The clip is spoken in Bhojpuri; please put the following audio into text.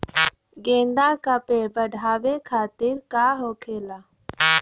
गेंदा का पेड़ बढ़अब खातिर का होखेला?